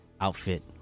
outfit